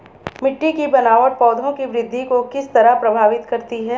मिटटी की बनावट पौधों की वृद्धि को किस तरह प्रभावित करती है?